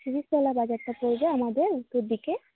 শিরীষতলা বাজারটা পড়বে আমাদের উত্তর দিকে